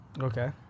okay